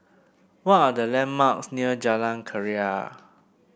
what are the landmarks near Jalan Keria